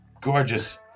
gorgeous